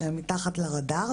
שהן מתחת לרדאר,